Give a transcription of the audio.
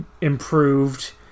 improved